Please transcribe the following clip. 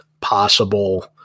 possible